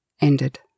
ended